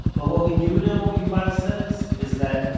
but what we do know, yuval says, is that,